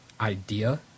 idea